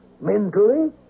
Mentally